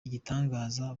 igitangaza